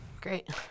Great